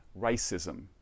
racism